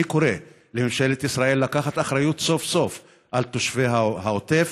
אני קורא לממשלת ישראל לקחת אחריות סוף-סוף על תושבי העוטף